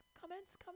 comments